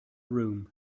room